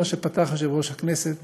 כמו שפתח יושב-ראש הכנסת,